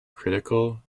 critical